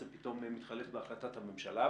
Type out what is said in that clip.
זה פתאום מתחלף בהחלטת הממשלה.